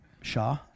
Shah